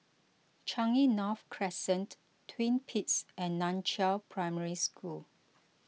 Changi North Crescent Twin Peaks and Nan Chiau Primary School